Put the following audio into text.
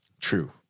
true